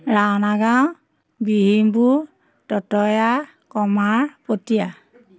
ৰাণাগাঁও বিহীমপুৰ ততয়া কমাৰ পতিয়া